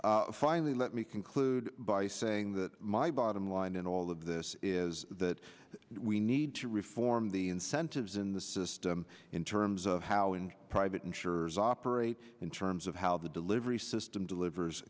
experiment finally let me conclude by saying that my bottom line in all of this is that we need to reform the incentives in the system in terms of how and private insurers operate in terms of how the delivery system delivers